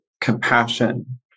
compassion